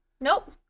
Nope